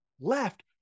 left